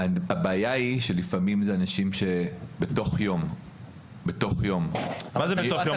הבעיה היא שלפעמים אלה אנשים שבתוך יום --- מה זה בתוך יום?